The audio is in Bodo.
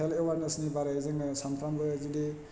हेल्ड एवारनेस्टनि बारै जोङो सानफ्रामबो जुदि